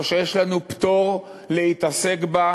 או שיש לנו פטור מלהתעסק בה,